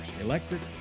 electric